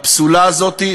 הפסולה הזאת,